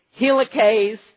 helicase